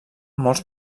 molts